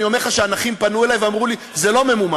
אני אומר לך שהנכים פנו אלי ואמרו לי שזה לא ממומש.